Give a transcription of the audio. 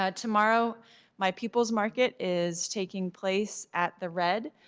ah tomorrow my people's market is taking place at the red.